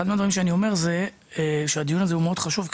אחד מהדברים שאני אומר הוא שהדיון הזה מאוד חשוב,